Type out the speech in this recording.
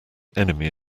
enemy